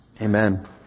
Amen